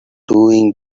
doing